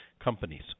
companies